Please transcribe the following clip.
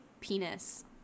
penis